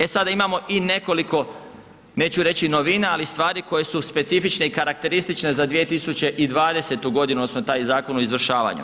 E sada imamo i nekoliko, neću reći novina ali stvari koje su specifične i karakteristične za 2020. godinu odnosno taj zakon o izvršavanju.